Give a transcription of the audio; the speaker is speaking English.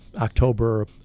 October